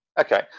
Okay